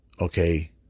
Okay